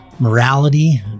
Morality